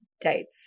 dates